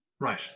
right